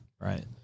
Right